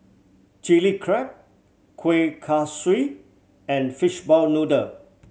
Chilli Crab Kueh Kaswi and fishball noodle